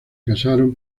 casaron